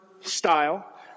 style